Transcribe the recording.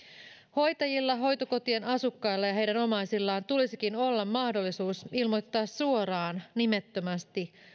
hoitajilla hoitokotien asukkailla ja heidän omaisillaan tulisikin olla mahdollisuus ilmoittaa suoraan nimettömästi